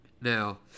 Now